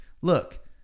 look